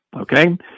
okay